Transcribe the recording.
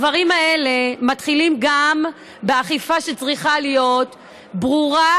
הדברים האלה מתחילים גם באכיפה שצריכה להיות ברורה